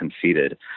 conceded